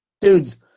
Dudes